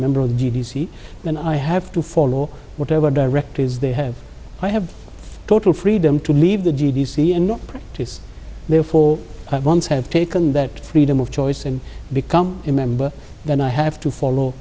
member of the g c and i have to follow whatever directives they have i have total freedom to leave the d d c and not practice therefore i have taken that freedom of choice and become a member when i have to follow